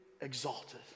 exalted